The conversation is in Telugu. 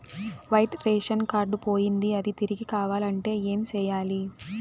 వైట్ రేషన్ కార్డు పోయింది అది తిరిగి కావాలంటే ఏం సేయాలి